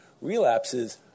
Relapses